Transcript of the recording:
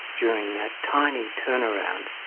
during that tiny turnaround,